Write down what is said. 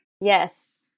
Yes